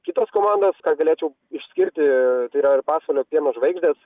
kitos komandos ką galėčiau išskirti yra pasvalio pieno žvaigždės